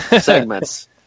segments